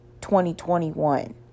2021